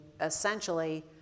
essentially